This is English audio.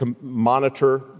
monitor